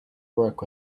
work